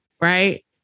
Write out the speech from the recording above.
right